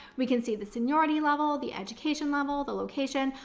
we can see the seniority level, the education level, the location,